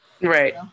Right